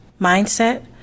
mindset